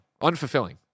Unfulfilling